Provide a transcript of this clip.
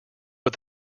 but